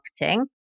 marketing